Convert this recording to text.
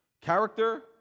Character